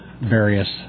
various